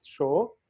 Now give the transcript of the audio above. show